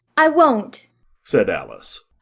i won't said alice.